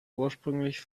ursprünglich